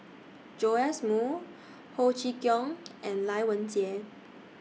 Joash Moo Ho Chee Kong and Lai Weijie